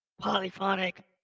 polyphonic